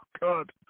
God